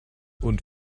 und